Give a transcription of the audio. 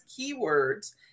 keywords